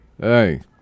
Hey